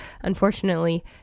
unfortunately